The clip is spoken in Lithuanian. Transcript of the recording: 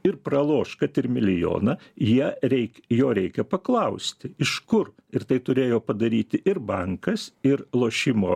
ir praloš kad ir milijoną jie reik jo reikia paklausti iš kur ir tai turėjo padaryti ir bankas ir lošimo